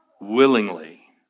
willingly